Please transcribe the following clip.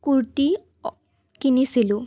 কুৰ্তী কিনিছিলোঁ